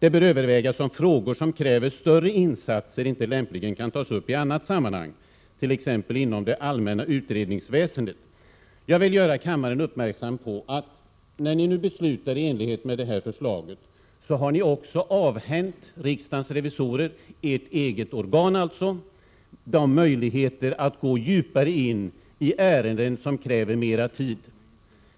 Det bör övervägas om frågor som kräver som större insatser inte lämpligen kan tas upp i annat sammanhang, t.ex. inom det allmänna utredningsväsendet.” Jag vill göra kammaren uppmärksam på att när ni beslutar i enlighet med detta förslag har ni också avhänt riksdagens revisorer — ert eget organ — möjligheter att gå djupare in i ärenden som kräver mer tid.